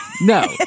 No